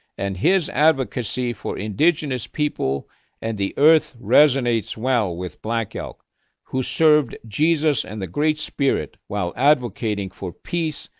and his advocacy for indigenous people and the earth resonates well with black elk who served jesus and the great spirit while advocating for peace,